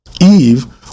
Eve